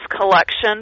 collection